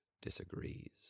disagrees